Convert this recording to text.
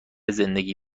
زندگی